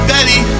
Betty